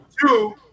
Two